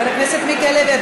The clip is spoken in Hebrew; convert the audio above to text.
חבר הכנסת מיקי לוי,